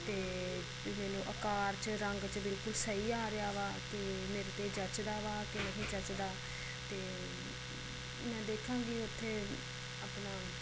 ਅਤੇ ਵੀ ਮੈਨੂੰ ਅਕਾਰ 'ਚ ਰੰਗ 'ਚ ਬਿਲਕੁਲ ਸਹੀ ਆ ਰਿਹਾ ਵਾ ਕਿ ਮੇਰੇ 'ਤੇ ਜੱਚਦਾ ਵਾ ਕਿ ਨਹੀਂ ਜੱਚਦਾ ਅਤੇ ਮੈਂ ਦੇਖਾਂਗੀ ਓੱਥੇ ਆਪਣਾ